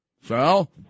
Sal